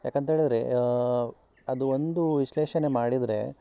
ಯಾಕಂಥೇಳಿದ್ರೆ ಅದು ಒಂದು ವಿಶ್ಲೇಷಣೆ ಮಾಡಿದರೆ